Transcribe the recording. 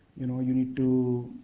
you know you need to